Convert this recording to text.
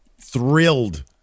thrilled